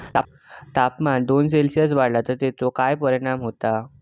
तापमान दोन सेल्सिअस वाढला तर तेचो काय परिणाम होता?